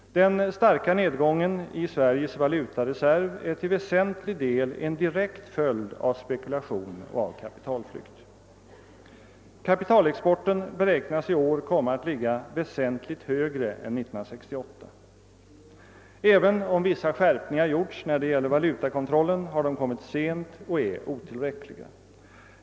Den starka nedgången i Sveriges valutareserv är till väsentlig del en direkt följd av spekulation och kapitalflykt. Kapitalexporten beräknas i år komma att ligga väsentligt högre än 1968. Även om vissa skärpningar har gjorts när det gäller valutakontrollen har de kommit sent och är otillräckliga.